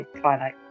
Twilight